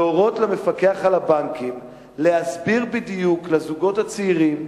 להורות למפקח על הבנקים להסביר בדיוק לזוגות הצעירים,